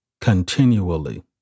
continually